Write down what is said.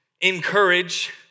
encourage